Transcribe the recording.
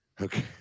Okay